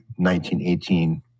1918